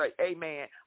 amen